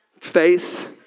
face